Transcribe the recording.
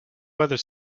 weather